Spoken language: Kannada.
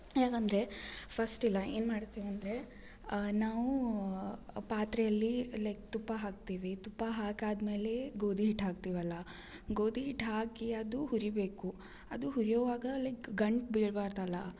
ಯಾಕಂದರೆ ಫಸ್ಟ್ ಇಲ್ಲ ಏನು ಮಾಡ್ತೀನಿ ಅಂದರೆ ನಾವು ಪಾತ್ರೆಯಲ್ಲಿ ಲೈಕ್ ತುಪ್ಪ ಹಾಕ್ತೀವಿ ತುಪ್ಪ ಹಾಕಾದ್ಮೇಲೆ ಗೋಧಿ ಹಿಟ್ಟು ಹಾಕ್ತೀವಲ್ಲ ಗೋಧಿ ಹಿಟ್ಟು ಹಾಕಿ ಅದು ಹುರಿಬೇಕು ಅದು ಹುರಿಯುವಾಗ ಲೈಕ್ ಗಂಟು ಬೀಳಬಾರ್ದಲ್ಲ